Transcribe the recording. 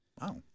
Wow